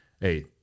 Hey